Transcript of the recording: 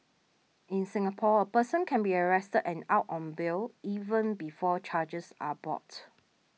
in Singapore a person can be arrested and out on bail even before charges are bought